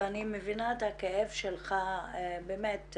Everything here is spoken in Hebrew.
אני מבינה את הכאב שלך, באמת.